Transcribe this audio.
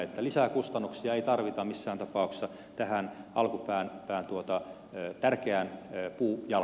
lisää kustannuksia ei tarvita missään tapauksessa tähän alkupään tärkeään puujalkaan